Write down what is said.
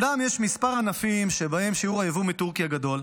אומנם יש כמה ענפים שבהם שיעור היבוא מטורקיה גדול,